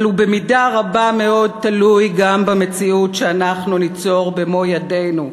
אבל הוא במידה רבה מאוד תלוי גם במציאות שאנחנו ניצור במו-ידינו,